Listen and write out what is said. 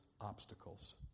obstacles